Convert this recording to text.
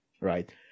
right